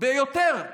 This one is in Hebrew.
ויותר.